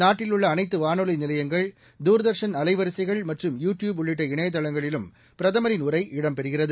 நாட்டில் உள்ள அனைத்து வானொலி நிலையங்கள் தூர்தர்ஷன் அலைவரிசைகள் மற்றும் யூ டியூப் உள்ளிட்ட இணையதளங்களிலும் பிரதமரின் உரை இடம் பெறுகிறது